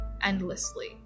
endlessly